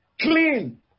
Clean